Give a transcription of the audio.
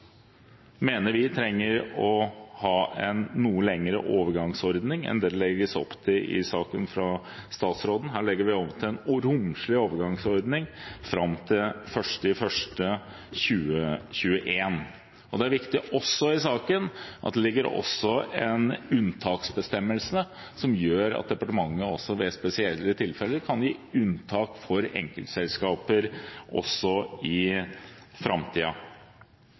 statsråden. Her legger vi opp til en romslig overgangsordning fram til 1. januar 2021. Det er viktig i saken at det også ligger en unntaksbestemmelse som gjør at departementet ved spesielle tilfeller kan gi unntak for enkeltselskaper, også i